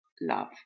love